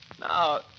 No